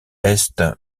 est